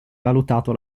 valutato